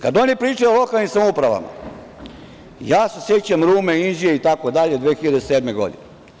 Kada oni pričaju o lokalnim samoupravama, ja se sećam Rume, Inđije itd. 2007. godine.